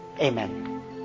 Amen